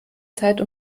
zeit